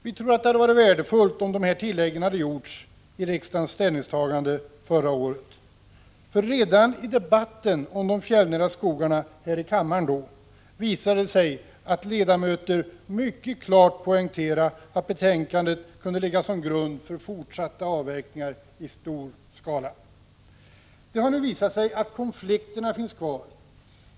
Vi tror att det hade varit värdefullt om detta hade tillagts i riksdagens ställningstagande förra året — redan i debatten om de fjällnära skogarna här i kammaren fanns det ledamöter som mycket klart poängterade att betänkandet kunde ligga till grund för fortsatta avverkningar i stor skala. Det har nu visat sig att konflikterna finns kvar.